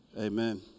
Amen